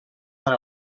per